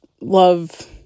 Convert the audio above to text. love